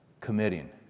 committing